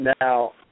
Now